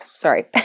sorry